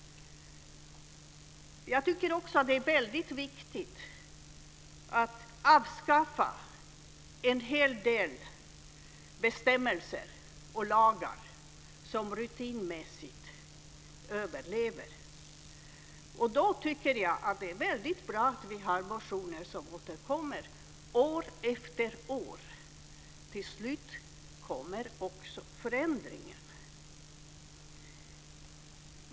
Det är också väldigt viktigt att avskaffa en hel del bestämmelser och lagar som rutinmässigt överlever. Det är då väldigt bra att motioner återkommer år efter år. Till slut kommer också förändringen.